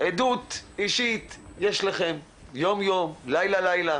עדות אישית יש לכם יום יום ולילה לילה